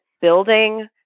building